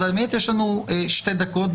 אז האמת שיש לנו שתי דקות,